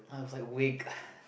I was like wake